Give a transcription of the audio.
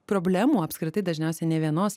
problemų apskritai dažniausiai nei vienos